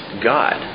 God